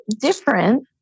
different